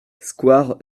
square